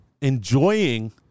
enjoying